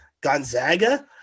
Gonzaga